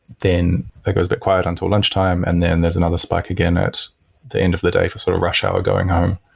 then it goes bit quiet until lunchtime and then there's another spike again at the end of the day for sort of rush hour going home.